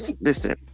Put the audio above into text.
listen